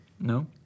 no